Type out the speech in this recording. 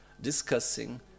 discussing